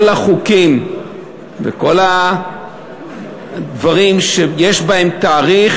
כל החוקים וכל הדברים שיש בהם תאריך,